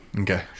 Okay